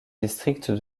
district